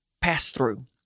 pass-through